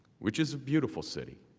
which is a beautiful city.